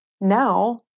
now